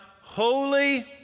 holy